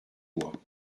bois